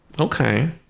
Okay